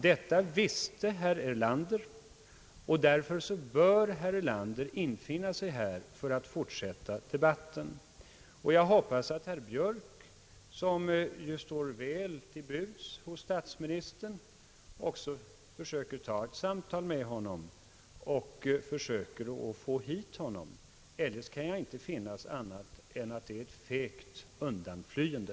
Detta visste herr Erlander, och därför bör herr Erlander infinna sig här för att fortsätta debatten. Jag hoppas att herr Björk, som ju står väl till boks hos statsministern, också försöker ta ett samtal med honom för att få hit honom. Annars kan jag inte finna annat än att det är ett fegt undanflyende.